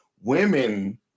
women